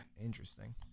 Interesting